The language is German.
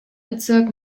bezirk